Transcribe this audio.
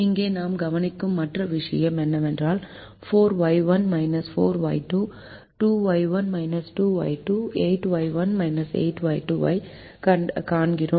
இங்கே நாம் கவனிக்கும் மற்ற விஷயம் என்னவென்றால் 4Y1 4Y2 2Y1 2Y2 8Y1 8Y2 ஐக் காண்கிறோம்